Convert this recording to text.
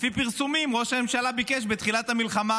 לפי פרסומים ראש הממשלה ביקש בתחילת המלחמה